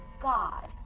God